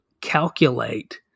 calculate